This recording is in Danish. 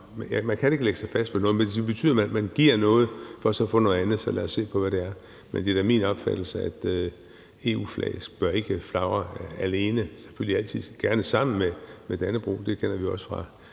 Man kan ikke lægge sig fast på noget, men det betyder, at man giver noget for så at få noget andet, så lad os se på, hvad det er. Men det er da min opfattelse, at EU-flaget ikke bør flagre alene, selvfølgelig altid gerne sammen med Dannebrog. Det kender vi også fra